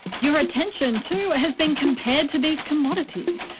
your attention, too, has been compared to these commodities.